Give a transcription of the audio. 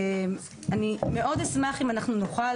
אני מאוד אשמח אם אנחנו נוכל